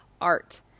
art